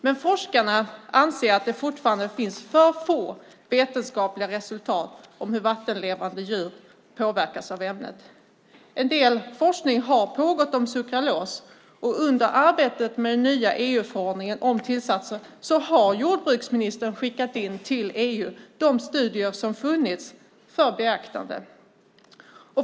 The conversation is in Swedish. Men forskarna anser att det fortfarande finns för få vetenskapliga resultat om hur vattenlevande djur påverkas av ämnet. En del forskning har pågått om sukralos, och under arbetet med den nya EU-förordningen om tillsatser har jordbruksministern skickat in till EU de studier som funnits för beaktande.